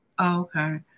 Okay